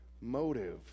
motive